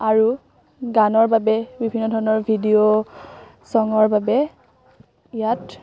আৰু গানৰ বাবে বিভিন্ন ধৰণৰ ভিডিঅ' ছংৰ বাবে ইয়াত